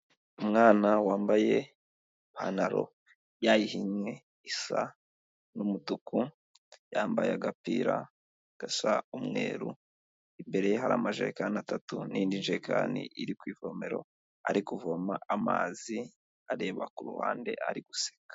Umwana wambaye ipantaro yayihinnye isa n'umutuku, yambaye agapira gasa umweru, imbere ye hari amajerekani atatu n'indi jerekani iri ku ivomero, ari kuvoma amazi areba ku ruhande ari guseka.